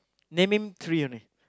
naming three only